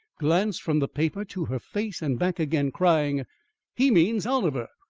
glanced from the paper to her face and back again, crying he means oliver!